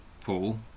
Paul